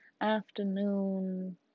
afternoon